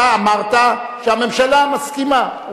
אתה אמרת שהממשלה מסכימה.